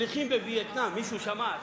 שליחים בווייטנאם, מישהו שמע?